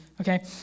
okay